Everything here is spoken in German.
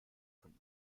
von